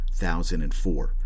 2004